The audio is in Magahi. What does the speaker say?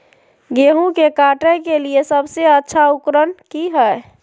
गेहूं के काटे के लिए सबसे अच्छा उकरन की है?